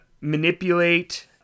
manipulate